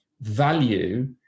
value